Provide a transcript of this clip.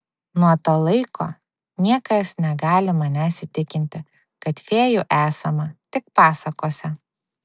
nuo to laiko niekas negali manęs įtikinti kad fėjų esama tik pasakose